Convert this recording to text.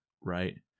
right